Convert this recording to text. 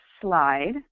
slide